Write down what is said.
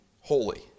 holy